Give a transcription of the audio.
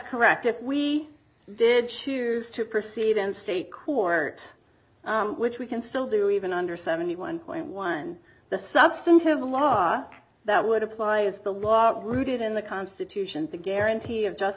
correct if we did sheers to proceed in state court which we can still do even under seventy one point one the substantive law that would apply is the law rooted in the constitution the guarantee of just